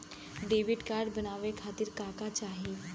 Debit card बनवावे खातिर का का चाही?